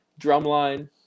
Drumline